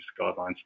guidelines